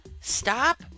Stop